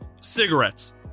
cigarettes